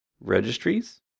registries